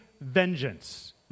vengeance